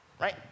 right